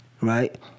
right